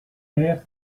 ier